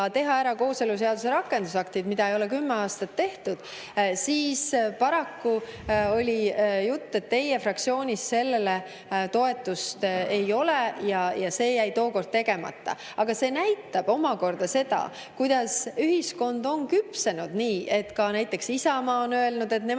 teha ära kooseluseaduse rakendusaktid, mida ei ole kümme aastat tehtud, siis paraku oli jutt, et teie fraktsioonis sellele toetust ei ole, ja see jäi tookord tegemata. Aga see näitab omakorda seda, kuidas ühiskond on küpsenud. Ka näiteks Isamaa on öelnud, et nemad